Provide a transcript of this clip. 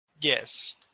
Yes